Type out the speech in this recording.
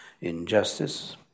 injustice